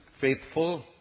faithful